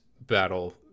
battle